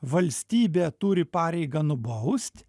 valstybė turi pareigą nubaust